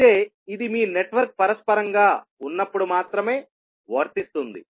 అయితే ఇది మీ నెట్వర్క్ పరస్పరం గా ఉన్నప్పుడు మాత్రమే వర్తిస్తుంది